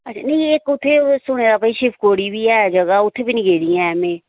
अच्छा नेईं इक उत्थै सुने दा भाई शिवखोड़ी बी ऐ जगह् उत्थैं बी नेईं गेदी ऐ में